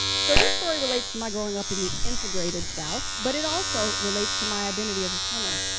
so, this story relates to my growing up in the integrated south, but it also relates to my identity as a swimmer.